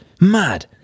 mad